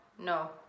No